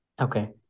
Okay